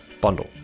bundle